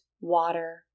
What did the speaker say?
water